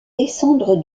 descendre